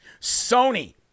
Sony